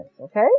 okay